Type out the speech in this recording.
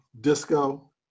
disco